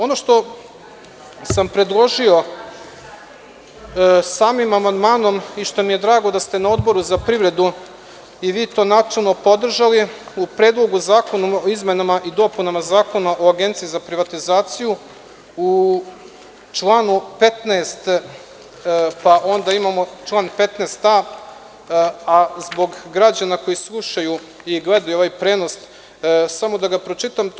Ono što sam predložio samim amandmanom i što mi je drago da ste na Odboru za privredu i vi to načelno podržali, u Predlogu zakona o izmenama i dopunama Zakona o Agenciji za privatizaciju u članu 15, pa onda imamo član 15a, a zbog građana koji slušaju i gledaju ovaj prenos, pročitaću ga.